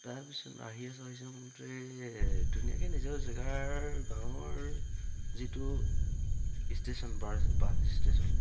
তাৰপিছত আহি আহিছ ধুনীয়াকে নিজৰ জেগাৰ গাঁৱৰ যিটো ষ্টেচন বা বাছ ষ্টেচন